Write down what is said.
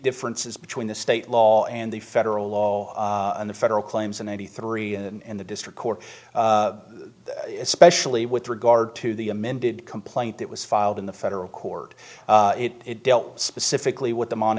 differences between the state law and the federal law and the federal claims in eighty three and the district court especially with regard to the amended complaint that was filed in the federal court it dealt specifically with the mon